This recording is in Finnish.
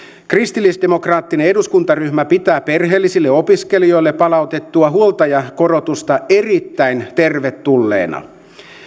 kristillisdemokraattinen eduskuntaryhmä pitää perheellisille opiskelijoille palautettua huoltajakorotusta erittäin tervetulleena